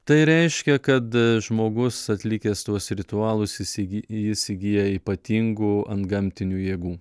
tai reiškia kad žmogus atlikęs tuos ritualus įsigy jis įgyja ypatingų antgamtinių jėgų